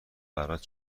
برات